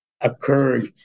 occurred